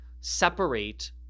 separate